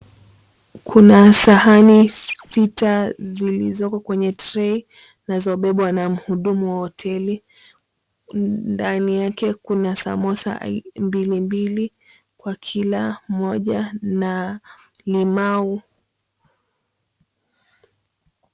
Kuna sahani sita zilizowekwa kwenye tray na zilizobebwa na mhudumu wa hoteli. Ndani yake kuna samosa mbilimbili kwa kila mmoja na limau.